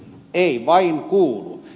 ei vain kuulu